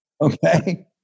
Okay